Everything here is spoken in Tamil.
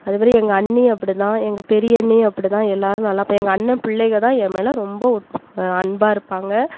அது மாதிரி எங்கள் அண்ணியும் அப்படி தான் எங்கள் பெரியண்ணியும் அப்படி தான் எல்லாரும் நல்லா எங்கள் அண்ணன் பிள்ளைகதான் என்மேல் ரொம்ப அன்பாயிருப்பாங்க